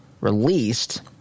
released